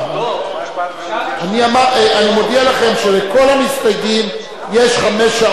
אני מודיע לכם שלכל המסתייגים יש חמש שעות.